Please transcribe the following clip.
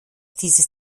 dieses